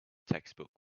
textbook